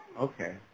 Okay